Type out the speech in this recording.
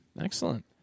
Excellent